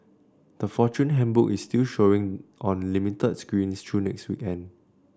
the Fortune Handbook is still showing on limited screens through next week